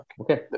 Okay